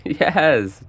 Yes